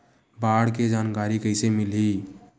बाढ़ के जानकारी कइसे मिलही?